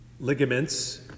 ligaments